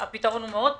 הפתרון הוא מאוד פשוט.